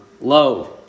low